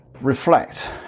reflect